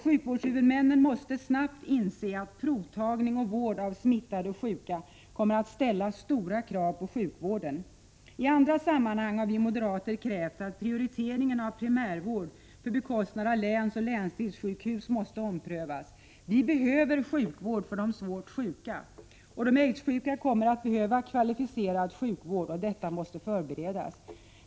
Sjukvårdshuvudmännen måste snabbt inse att provtagning och vård av smittade och sjuka kommer att ställa stora krav på sjukvården. I andra — Prot. 1986/87:109 sammanhang har vi moderater krävt att prioriteringen av primärvården 23 april 1987 måste omprövas på länsoch länsdelssjukvårdens bekostnad. Vi behöver sjukvård för de svårt sjuka. De aidssjuka kommer att behöva kvalificerad sjukvård, och detta måste förberedas.